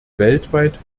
weltweit